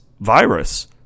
virus